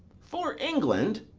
for england!